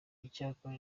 icyakora